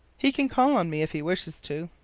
he can call on me if he wishes to.